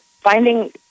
finding